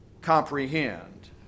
comprehend